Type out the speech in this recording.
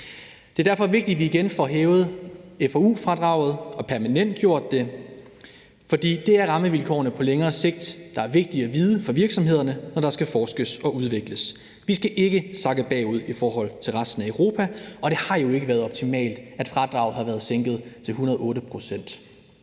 Det er derfor vigtigt, at vi igen får hævet og permanentgjort f- og u-fradraget, for det er vigtigt for virksomhederne at vide, hvad der er rammevilkårene på længere sigt, når der skal forskes og udvikles. Vi skal ikke sakke bagud i forhold til resten af Europa, og det har jo ikke været optimalt, at fradraget har været sænket til 108 pct.